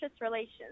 relations